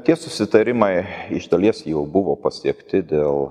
tie susitarimai iš dalies jau buvo pasiekti dėl